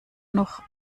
noch